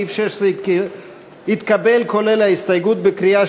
סעיף 16 התקבל, כולל ההסתייגות, בקריאה